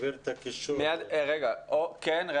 מטפלים בזה.